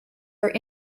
are